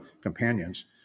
companions